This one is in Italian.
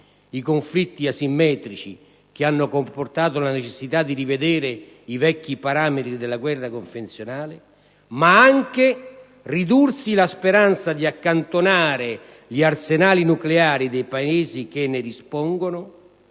i conflitti asimmetrici, che hanno comportato la necessità di rivedere i vecchi parametri della guerra convenzionale, ma anche ridursi la speranza di accantonare gli arsenali nucleari dei Paesi che ne dispongono